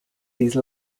these